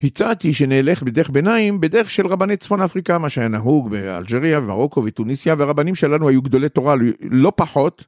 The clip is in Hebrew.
הצעתי שנלך בדרך ביניים בדרך של רבני צפון אפריקה מה שהיה נהוג באלג'ריה ובמרוקו וטוניסיה והרבנים שלנו היו גדולי תורה לא פחות.